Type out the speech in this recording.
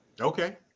okay